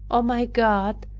o my god,